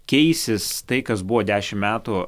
keisis tai kas buvo dešimt metų